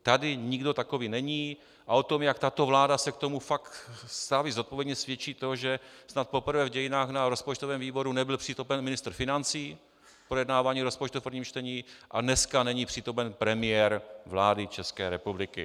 Tady nikdo takový není a o tom, jak tato vláda se k tomu staví zodpovědně, svědčí to, že snad poprvé v dějinách na rozpočtovém výboru nebyl přítomen ministr financí projednávání rozpočtu v prvním čtení a dneska není přítomen premiér vlády České republiky.